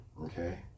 Okay